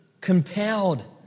compelled